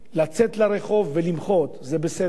לצאת לרחוב ולמחות, זה בסדר.